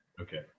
Okay